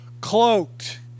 cloaked